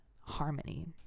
harmony